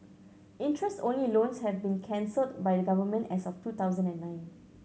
interest only loans have been cancelled by the Government as of two thousand and nine